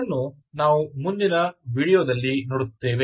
ಅದನ್ನು ನಾವು ಮುಂದಿನ ವೀಡಿಯೊದಲ್ಲಿ ನೋಡುತ್ತೇವೆ